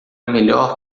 melhor